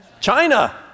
China